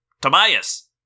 Tobias